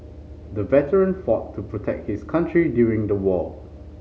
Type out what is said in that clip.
the veteran fought to protect his country during the war